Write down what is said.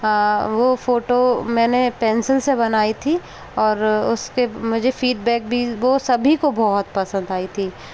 वो फ़ोटो मैंने पेंसिल से बनाई थी और उसके मुझे फ़ीडबैक भी वो सभी को बहुत पसंद आई थी